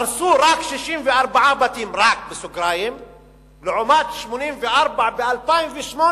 הרסו "רק" 64 בתים לעומת 84 ב-2008,